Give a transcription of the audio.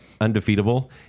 undefeatable